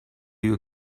you